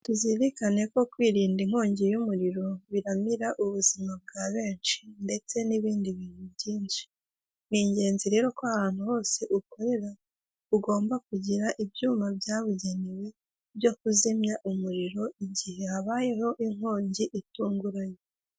Turizirikane ko kwirinda inkongi y'umuriro biramira ubuzima bwa benshi ndetse n'ibindi bintu byinshi ni ingenzi rero ko ahantu hose ukwira ugomba kugira ibyuma byabugenewe byo kuzimya umuriro igihe habayeho inkongi itunguranye.